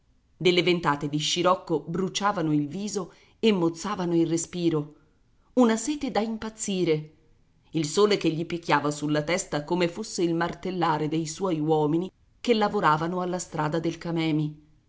delle ventate di scirocco bruciavano il viso e mozzavano il respiro una sete da impazzire il sole che gli picchiava sulla testa come fosse il martellare dei suoi uomini che lavoravano alla strada del camemi